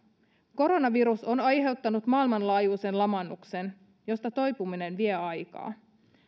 koronavirus on aiheuttanut maailmanlaajuisen lamaannuksen josta toipuminen vie aikaa